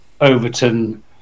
Overton